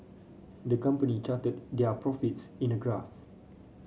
the company charted their profits in a graph